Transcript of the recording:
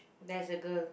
there's a girl